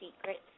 secrets